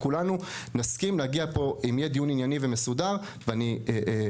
ואם יהיה דיון ענייני ומסודר כולנו נסכים להגיע